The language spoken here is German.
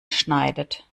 schneidet